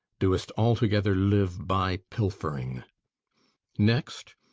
doest altogether live by pilfering next,